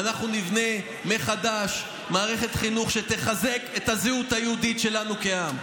ואנחנו נבנה מחדש מערכת חינוך שתחזק את הזהות היהודית שלנו כעם.